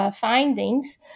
findings